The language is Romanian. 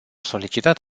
solicitat